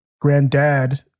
granddad